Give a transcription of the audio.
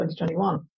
2021